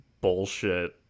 bullshit